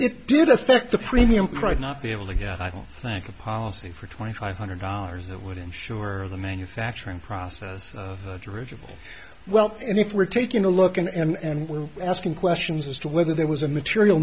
it did affect the premium price not be able to get i don't think a policy for twenty five hundred dollars that would insure the manufacturing process original well and if we're taking a look and we're asking questions as to whether there was a material